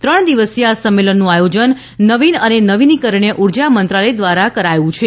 ત્રણ દિવસીય આ સંમેલનનું આયોજન નવીન અને નવીનીકરણીય ઉર્જા મંત્રાલય દ્રારા કરાયું છે